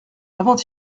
avant